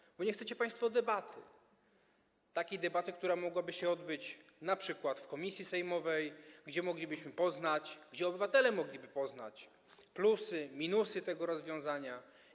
Dlatego że nie chcecie państwo debaty, debaty, która mogłaby się odbyć np. w komisji sejmowej, gdzie my moglibyśmy poznać, gdzie obywatele mogliby poznać plusy i minusy tego rozwiązania.